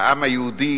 העם היהודי